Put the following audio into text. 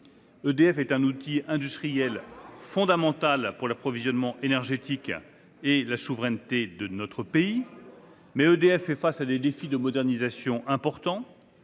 EDF est un outil industriel fondamental pour l'approvisionnement énergétique et la souveraineté de notre pays. Mais l'entreprise fait face à des défis de modernisation importants